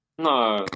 No